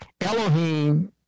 Elohim